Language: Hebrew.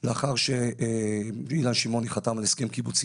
לאחר שאילן שמעוני חתם על הסכם קיבוצי